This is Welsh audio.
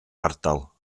ardal